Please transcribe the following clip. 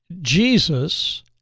jesus